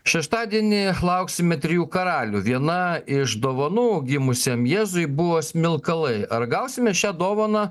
šeštadienį lauksime trijų karalių viena iš dovanų gimusiam jėzui buvo smilkalai ar gausime šią dovaną